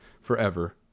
forever